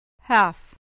half